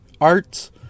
Arts